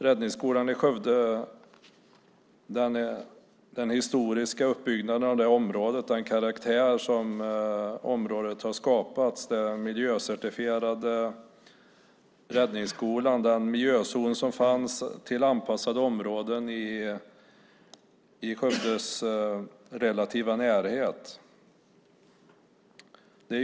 Räddningsskolan i Skövde är historisk, med uppbyggnaden av området och den karaktär som har skapats i den miljöcertifierade räddningsskolan och den miljözon som fanns vid anpassade områden i Skövdes relativa närhet.